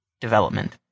development